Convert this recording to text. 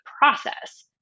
process